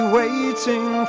waiting